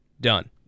done